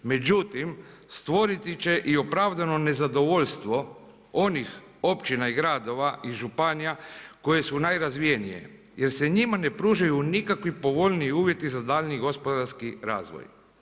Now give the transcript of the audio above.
Međutim, stvoriti će i opravdano nezadovoljstvo onih općina i gradova i županija koje su najrazvijenije, jer se njima ne pružaju nikakvi povoljniji uvjeti za daljnji gospodarski razvoj.